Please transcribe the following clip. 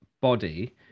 body